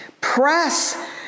Press